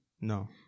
No